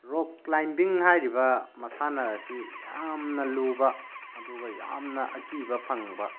rock climbing ꯍꯥꯏꯔꯤꯕ ꯃꯁꯥꯟꯅ ꯑꯁꯤ ꯌꯥꯝꯅ ꯂꯨꯕ ꯑꯗꯨꯒ ꯌꯥꯝꯅ ꯑꯀꯤꯕ ꯐꯪꯕ